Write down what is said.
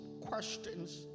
questions